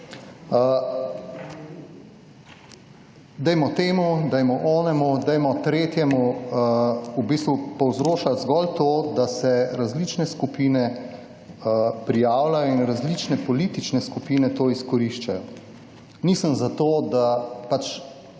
Dajmo temu, dajmo onemu, dajmo tretjemu… v bistvu povzroča zgolj to, da se različne skupine prijavljajo in različne politične skupine to izkoriščajo. Nisem za to, da v